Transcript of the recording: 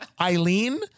Eileen